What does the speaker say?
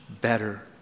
better